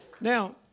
Now